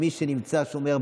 מי שנמצא, שומר.